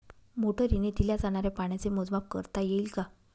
मोटरीने दिल्या जाणाऱ्या पाण्याचे मोजमाप करता येईल का?